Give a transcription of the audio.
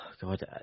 god